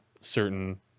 certain